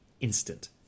instant